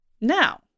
Now